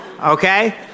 Okay